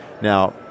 Now